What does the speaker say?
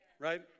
right